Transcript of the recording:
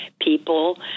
people